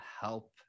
help